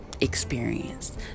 experience